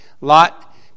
Lot